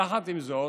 יחד עם זאת,